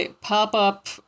pop-up